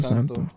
Santo